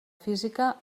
física